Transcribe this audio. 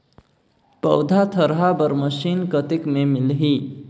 पौधा थरहा बर मशीन कतेक मे मिलही?